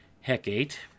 Hecate